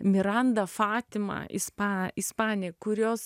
miranda fatima ispan ispanija kurios